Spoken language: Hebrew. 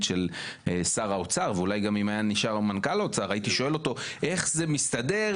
שגם אם היא כבר זורקת חכות הן מאוד מסובכות,